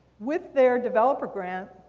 with their developer grant,